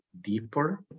deeper